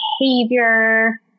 behavior